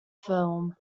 film